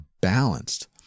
balanced